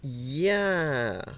yeah